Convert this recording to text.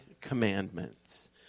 commandments